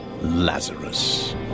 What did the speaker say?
Lazarus